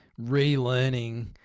relearning